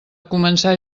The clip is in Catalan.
començar